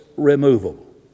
removable